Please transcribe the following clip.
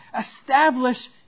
establish